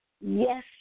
Yes